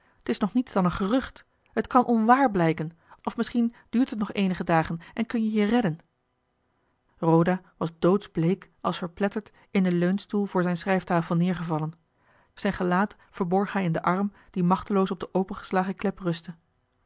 t is nog niets dan een gerucht t kan onwaar blijken of misschien duurt het nog eenige dagen en kun je je redden roda was doodsbleek als verpletterd in den leuningstoel voor zijne schrijftafel neergevallen zijn gelaat verborg hij in den arm die machteloos op de opengeslagen klep rustte